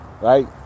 right